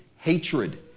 hatred